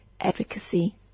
Advocacy